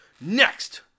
Next